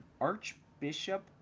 Archbishop